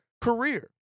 career